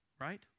Right